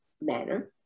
manner